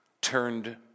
turned